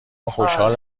خوشحال